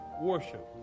worship